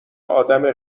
آدم